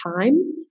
time